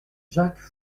jacques